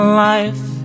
life